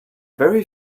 very